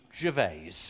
Gervais